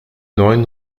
neuen